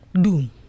doom